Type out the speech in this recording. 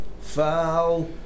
Foul